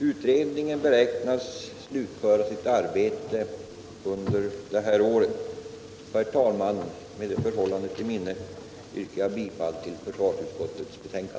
Utredningen beräknas slutföra sitt arbete under det här året, och med det förhållandet i minnet yrkar jag, herr talman, bifall till försvarsutskottets hemställan.